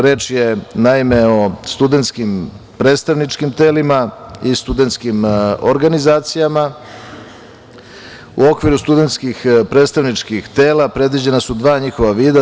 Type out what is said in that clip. Reč je naime, o studentskim predstavničkim telima i studentskim organizacijama, u okviru studentskih predstavničkih tela predviđena su dva njihova vida.